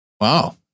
Wow